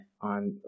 on